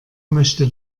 möchte